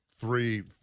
three